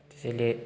त्यसैले